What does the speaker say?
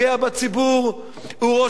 הוא ראש ממשלה זחוח,